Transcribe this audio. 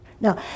No